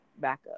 backup